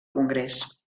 congrés